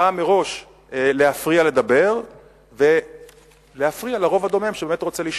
באה מראש להפריע לדבר ולהפריע לרוב הדומם שבאמת רוצה לשמוע.